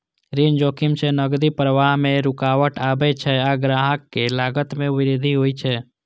ऋण जोखिम सं नकदी प्रवाह मे रुकावट आबै छै आ संग्रहक लागत मे वृद्धि होइ छै